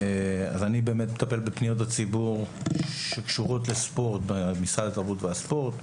אני באמת מטפל בפניות הציבור שקשורות לספורט במשרד התרבות והספורט.